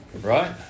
right